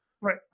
Right